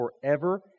forever